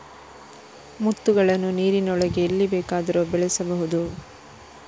ಮುತ್ತುಗಳನ್ನು ನೀರಿನೊಳಗೆ ಎಲ್ಲಿ ಬೇಕಾದರೂ ಬೆಳೆಸಬಹುದು